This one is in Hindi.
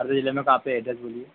हरदा ज़िले में कहाँ पर है एड्रेस बोलिए